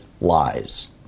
lies